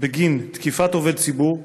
בגין תקיפת עובד ציבור,